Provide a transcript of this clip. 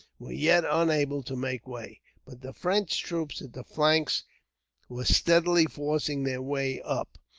were yet unable to make way. but the french troops at the flanks were steadily forcing their way up.